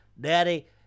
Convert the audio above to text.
Daddy